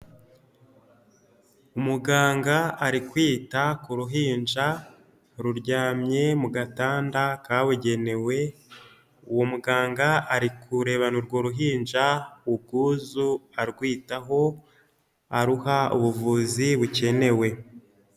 Muganga ari kwita ku ruhinja ruryamye mu gatanda kabugenewe, uwo muganga ari kurebana urwo ruhinja ubwuzu, arwitaho aruha ubuvuzi bukenewe.